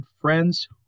friends